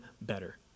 better